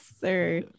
sir